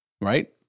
right